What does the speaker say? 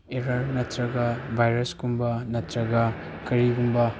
error ꯅꯠꯇ꯭ꯔꯒ ꯚꯥꯏꯔꯁꯀꯨꯝꯕ ꯅꯠꯇ꯭ꯔꯒ ꯃꯔꯤꯒꯨꯝꯕ